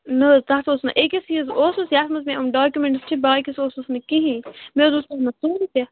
نہَ حظ تَتھ اوس نہٕ أکِس ہِیٛوٗ اوسُس یَتھ منٛز مےٚ یِم ڈاکیٛومٮ۪نٛٹٕس چھِ باقٕے اوسُس نہٕ کِہیٖنٛۍ مےٚ حظ اوس تَتھ منٛز سورُے کیٚنٛہہ